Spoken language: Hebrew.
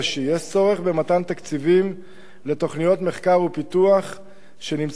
יש צורך במתן תקציבים לתוכניות מחקר ופיתוח שנמצאות כבר